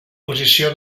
posició